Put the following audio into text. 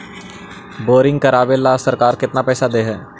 Boring करबाबे ल सरकार केतना पैसा दे है?